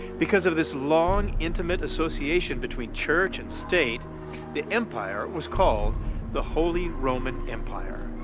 because of this long intimate association between church and state the empire was called the holy roman empire.